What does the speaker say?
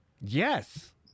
Yes